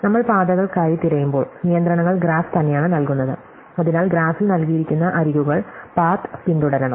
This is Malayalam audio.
നമ്മൾ പാതകൾക്കായി തിരയുമ്പോൾ നിയന്ത്രണങ്ങൾ ഗ്രാഫ് തന്നെയാണ് നൽകുന്നത് അതിനാൽ ഗ്രാഫിൽ നൽകിയിരിക്കുന്ന അരികുകൾ പാത്ത് പിന്തുടരണം